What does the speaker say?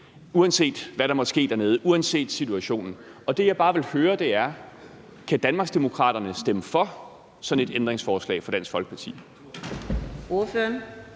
uanset hvad der måtte ske dernede, uanset situationen. Og det, jeg bare vil høre, er: Kan Danmarksdemokraterne stemme for sådan et ændringsforslag fra Dansk Folkeparti?